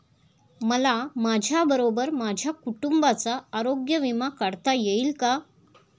मला माझ्याबरोबर माझ्या कुटुंबाचा आरोग्य विमा काढता येईल का?